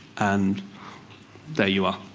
and there you are.